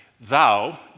Thou